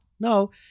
No